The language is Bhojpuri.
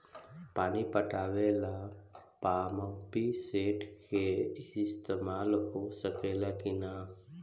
पानी पटावे ल पामपी सेट के ईसतमाल हो सकेला कि ना?